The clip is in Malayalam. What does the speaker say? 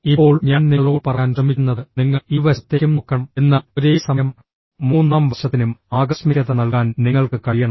ഇപ്പോൾ ഞാൻ നിങ്ങളോട് പറയാൻ ശ്രമിക്കുന്നത് നിങ്ങൾ ഇരുവശത്തേക്കും നോക്കണം എന്നാൽ ഒരേ സമയം മൂന്നാം വശത്തിനും ആകസ്മികത നൽകാൻ നിങ്ങൾക്ക് കഴിയണം